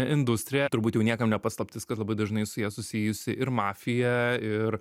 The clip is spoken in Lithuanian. industrija turbūt jau niekam nepaslaptis kad labai dažnai su ja susijusi ir mafija ir